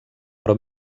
però